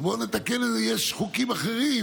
יש חוקים אחרים